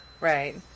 Right